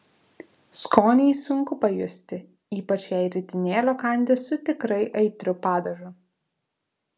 skonį sunku pajusti ypač jei ritinėlio kandi su tikrai aitriu padažu